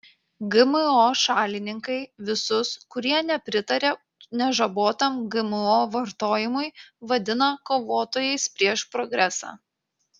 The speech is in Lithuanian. gmo šalininkai visus kurie nepritaria nežabotam gmo vartojimui vadina kovotojais prieš progresą